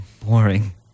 Boring